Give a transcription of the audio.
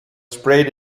sprayed